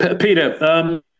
Peter